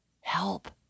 help